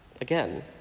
Again